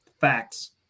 Facts